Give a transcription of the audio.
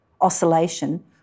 oscillation